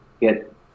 get